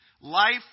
life